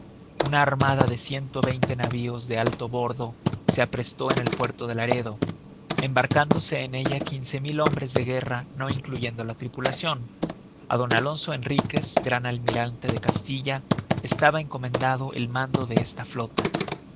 una armada de ciento veinte navíos de alto bordo se aprestó en el puerto de laredo embarcándose en ella quince mil hombres de guerra no incluyendo la tripulacion a don alonso enriquez gran almirante de castilla estaba encomendado el mando de esta flota